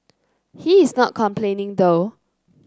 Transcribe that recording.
he is not complaining though